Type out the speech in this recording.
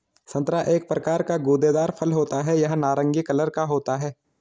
संतरा एक प्रकार का गूदेदार फल होता है यह नारंगी कलर का होता है